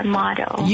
model